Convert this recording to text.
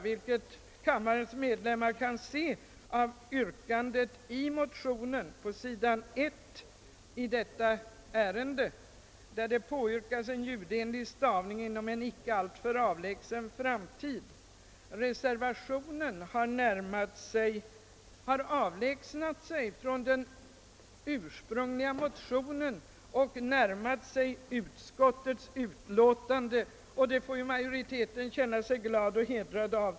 Som kammarens ledamöter kan se yrkades i motionen på en ljudenlig stavning »inom en icke alltför avlägsen framtid». Reservationen har avlägsnat sig från motionen och närmat sig utskottets skrivning, och det får väl majoriteten känna sig hedrad av.